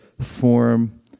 form